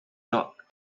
not